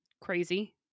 crazy